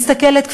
שמסתכלת,